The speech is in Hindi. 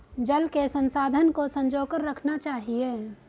जल के संसाधन को संजो कर रखना चाहिए